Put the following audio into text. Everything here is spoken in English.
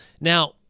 Now